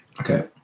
Okay